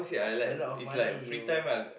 a lot of money you